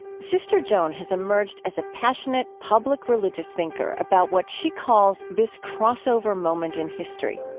sister joan has emerged as a passionate public religious thinker about what she calls this crossover moment in history.